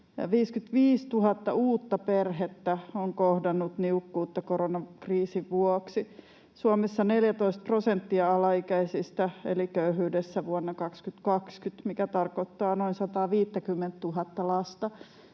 55 000 uutta perhettä on kohdannut niukkuutta koronakriisin vuoksi. Suomessa 14 prosenttia alaikäisistä eli köyhyydessä vuonna 2020, mikä tarkoittaa noin 150 000:ta lasta.